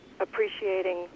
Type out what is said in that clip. appreciating